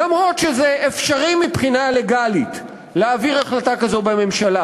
אף שאפשרי מבחינה לגלית להעביר החלטה כזו בממשלה,